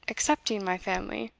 excepting my family.